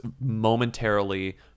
momentarily